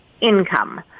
income